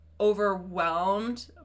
overwhelmed